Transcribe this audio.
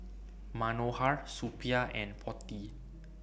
Manohar Suppiah and Potti